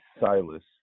Silas